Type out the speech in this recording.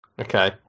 Okay